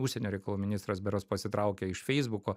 užsienio reikalų ministras berods pasitraukė iš feisbuko